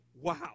wow